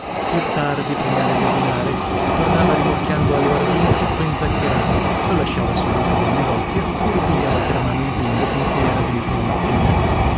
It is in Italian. più tardi prima del desinare tornava rimorchiando aloardino tutto inzaccherato lo lasciava sulluscio del negozio e ripigliava per mano il bimbo con cui era venuto la mattina